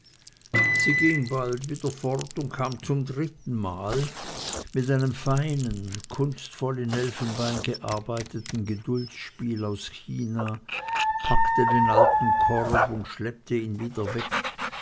sie ging bald wieder fort und kam zum dritten male mit einem feinen kunstvoll in elfenbein gearbeiteten geduldspiel aus china packte den alten korb und schleppte ihn wieder weg